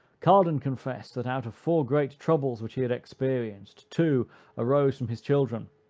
cardan confessed, that out of four great troubles which he had experienced, two arose from his children.